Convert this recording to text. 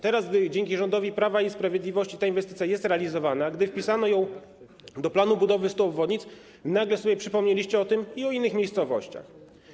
Teraz, gdy dzięki rządowi Prawa i Sprawiedliwości ta inwestycja jest realizowana, gdy wpisano ją do planu budowy 100 obwodnic, nagle sobie przypomnieliście o tym i o innych miejscowościach.